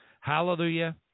Hallelujah